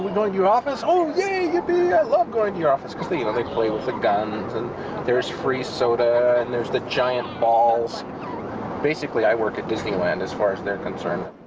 were going to your office? oh yeah yippie i love going to your office! they you know they play with the guns and there is free soda and there is the giant balls basically i work at disneyland as far as they're concerned.